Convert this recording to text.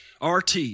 RT